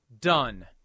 done